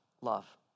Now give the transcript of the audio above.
love